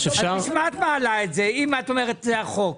בשביל מה את מעלה את זה אם את אומרת "החוק"?